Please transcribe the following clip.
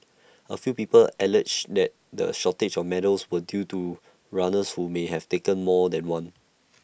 A few people alleged that the shortage of medals was due to runners who may have taken more than one